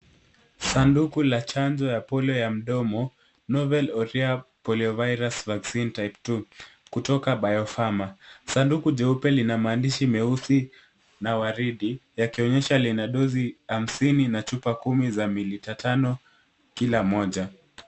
Sanduku la chanjo ya Polio ya mdomo Novel oral polio virus vaccine type 2 kutoka Biofarma. Sanduku jeupe lina maandishi meusi na waridi, yakionyesha lina dosi 50 na chupa 10 za mililita 5 kila moja.